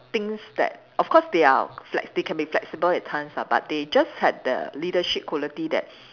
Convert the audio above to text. things that of course they are flex~ they can be flexible at times lah but they just had the leadership quality that